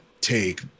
take